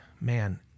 man